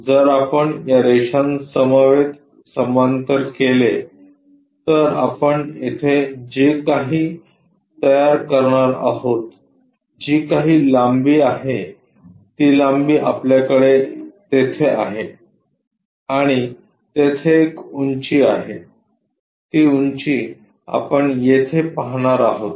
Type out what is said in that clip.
जर आपण या रेषांसमवेत समांतर केले तर आपण येथे जे काही तयार करणार आहोत जी काही लांबी आहे ती लांबी आपल्याकडे तेथे आहे आणि तेथे एक उंची आहे ती उंची आपण येथे पाहणार आहोत